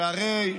שהרי,